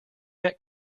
met